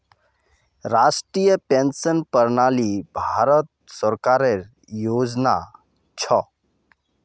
राष्ट्रीय पेंशन प्रणाली भारत सरकारेर योजना छ